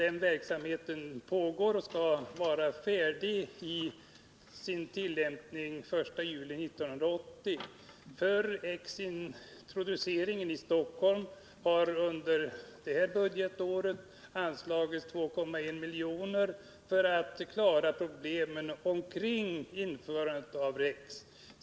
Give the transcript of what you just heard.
Arbetet med detta pågår, och systemet skall vara färdigt att tillämpas i sin helhet den 1 juli 1980. För att klara problemen vid införandet av REX i Stockholm har 2,1 milj.kr. anslagits under det här budgetåret.